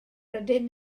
rydyn